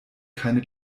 keine